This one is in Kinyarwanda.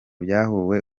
byahawe